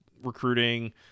recruiting